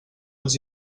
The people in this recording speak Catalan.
els